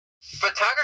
Photography